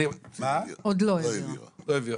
עוד לא העבירה.